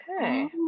Okay